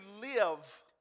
live